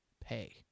pay